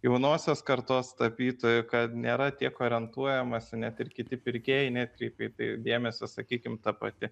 jaunosios kartos tapytojui kad nėra tiek orientuojamasi net ir kiti pirkėjai neatkreipė į tai dėmesio sakykim ta pati